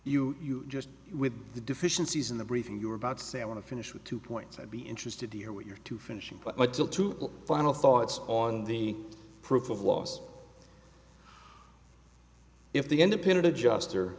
you you just with the deficiencies in the briefing you were about to say i want to finish with two points i'd be interested to hear what your two finishing but till two final thoughts on the proof of loss if the independent adjuster